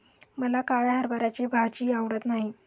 मला काळ्या हरभऱ्याची भाजी आवडत नाही